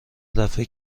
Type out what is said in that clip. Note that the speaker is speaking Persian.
دفه